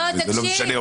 וזה לא משנה,